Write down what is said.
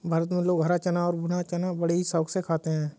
भारत में लोग हरा चना और भुना चना बड़े ही शौक से खाते हैं